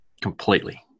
completely